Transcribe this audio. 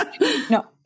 No